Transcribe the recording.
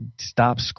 stop